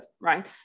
right